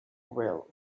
well